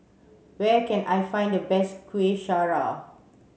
where can I find the best Kuih Syara